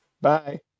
bye